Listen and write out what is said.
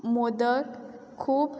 मोदक खूब